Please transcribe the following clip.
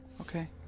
Okay